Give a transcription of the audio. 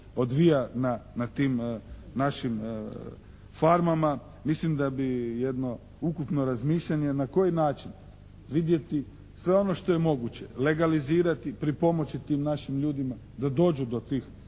odvija na tim našim farmama mislim da bi jedno ukupno razmišljanje na koji način vidjeti sve ono što je moguće, legalizirati, pripomoći tim našim ljudima da dođu do tih